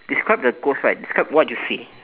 describe the goats right describe what you see